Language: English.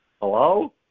Hello